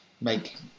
make